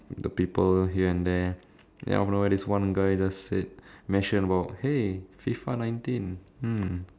the people here and there then out of nowhere this one guy just said mentioned about hey F_I_F_A nineteen hmm